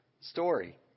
story